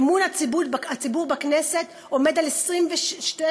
אמון הציבור בכנסת עומד על 26.5%;